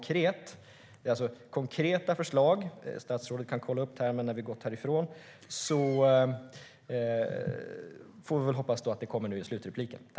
Det handlar om konkreta förslag. Statsrådet kan kolla upp termen när vi har gått härifrån. Jag hoppas få höra något i slutanförandet.